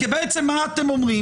הרי בעצם מה אתם אומרים?